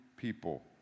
people